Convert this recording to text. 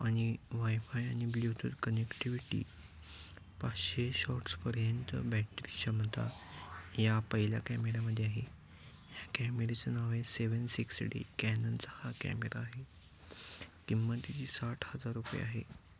आणि वायफाय आणि Bluetooth connectivity पाचशे शॉट्सपर्यंत बॅटरी क्षमता या पहिल्या कॅमेऱ्यामध्ये आहे ह्या कॅमेरेचं नाव आहे सेवन सिक्स डी कॅननचा हा कॅमेरा आहे किंमतही साठ हजार रुपये आहे